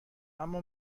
اما